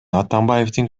атамбаевдин